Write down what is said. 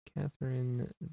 Catherine